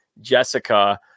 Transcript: Jessica